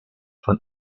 von